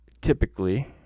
typically